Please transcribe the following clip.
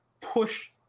push